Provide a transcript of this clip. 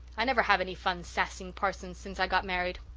i never have any fun sassing parsons since i got married.